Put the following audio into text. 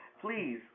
Please